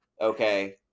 okay